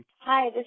Hi